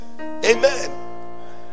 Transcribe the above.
amen